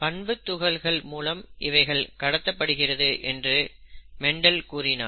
பண்புத்துகள்கள் மூலம் இவைகள் கடத்தப்படுகிறது என்று மெண்டல் கூறினார்